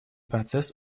процесс